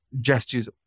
gestures